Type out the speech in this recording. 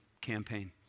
campaign